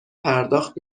پرداخت